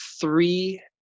three